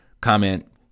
comment